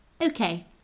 Okay